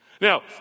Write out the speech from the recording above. Now